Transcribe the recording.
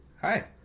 Hi